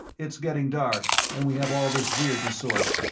it's getting dark, and we have all this gear to sort!